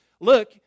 look